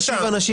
בסדר.